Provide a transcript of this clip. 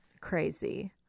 Crazy